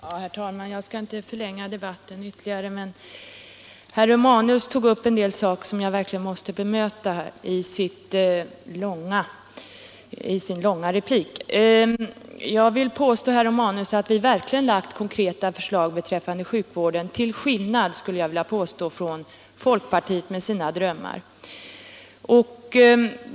Herr talman! Jag skall inte förlänga debatten ytterligare, men herr Romanus tog i sin långa replik upp en del saker som jag måste bemöta. Jag vill påstå, herr Romanus, att vi verkligen har lagt fram konkreta förslag beträffande sjukvården till skillnad från folkpartiet med dess drömmar.